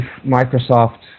Microsoft